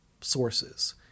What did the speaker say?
sources